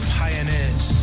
pioneers